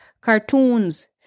cartoons